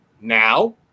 now